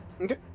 Okay